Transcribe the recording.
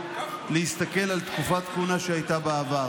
להסתכל על תקופת כהונה שהייתה בעבר,